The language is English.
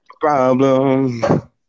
problem